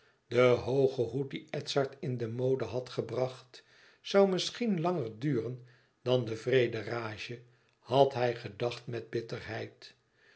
de hooge hoed die edzard in de mode had gebracht zoû misschien langer duren dan de vrede rage had hij gedacht met bitterheid